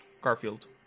Garfield